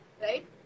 Right